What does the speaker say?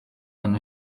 and